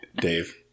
Dave